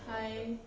hi